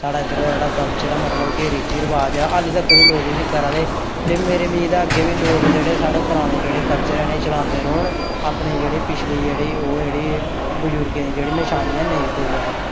साढ़ा इद्धर दा जेह्ड़ा कल्चर ऐ मतलब कि रीति रवाज ऐ हल्ली तक्कर बी लोक उसी करा दे ते मेरी मेद ऐ अग्गें बी लोक जेह्ड़े साढ़े पराने जेह्ड़े कल्चर ऐ इ'नें चलांदे रौह्न अपने जेह्ड़े पिछले जेह्ड़ी ओह् जेह्ड़ी बजुर्गें दियां जेह्ड़ी नशानियां जेह्ड़ियां नेईं भुल्लन